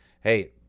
Hey